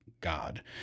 God